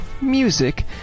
music